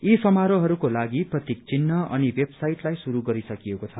यी समारोहरूको लागि प्रतिक चिन्ह अनि वेबसाइटलाई शुरू गरिसकिएको छ